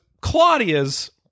Claudia's